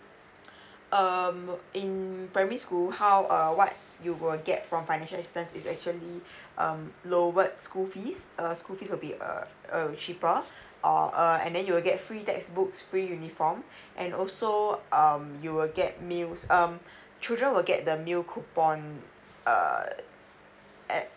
um in primary school how uh what you will get from financial assistance is actually um lowered school fees uh school fees will be err uh cheaper or a and then you will get free textbooks free uniform and also so um you will get meals um children will get the meal coupon err at